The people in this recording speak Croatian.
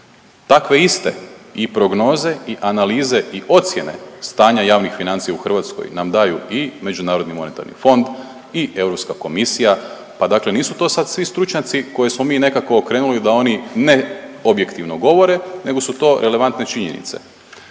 Takve iste i prognoze i analize i ocjene stanja javnih financija u Hrvatskoj nam daju i MMF i Europska komisija, pa dakle nisu to sad svi stručnjaci koje smo mi nekako okrenuli da oni ne objektivno govore nego su to relevantne činjenice.